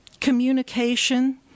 communication